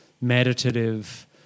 meditative